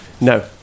No